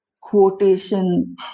quotation